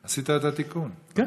עשית את התיקון לפרוטוקול,